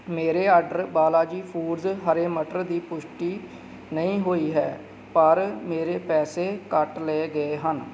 ਮੇਰੇ order Balaji foods ਹਰੇ ਮਟਰ ਦੀ ਪੁਸ਼ਟੀ ਨਹੀਂ ਹੋਈ ਹੈ ਪਰ ਮੇਰੇ ਪੈਸੇ ਕੱਟ ਲਏ ਗਏ ਹਨ